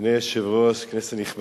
אדוני היושב-ראש, כנסת נכבדה,